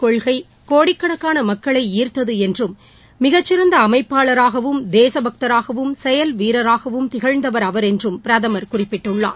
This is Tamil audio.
கொள்கைகோடிக்கணக்கானமக்களைஈர்த்துஎன்றும் மனிதாபிமானக் அவரது மிகச்சிறந்தஅமைப்பாளராகவும் தேசபக்தராகவும் செயல்வீரராகவும் திகழந்தவர் அவர் என்றுபிரதமர் குறிப்பிட்டுள்ளார்